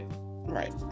Right